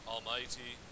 Almighty